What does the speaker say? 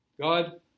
God